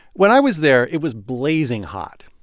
when i was there, it was blazing hot,